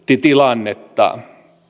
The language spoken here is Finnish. tilannetta